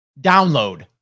download